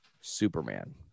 Superman